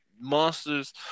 monsters